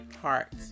heart